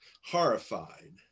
horrified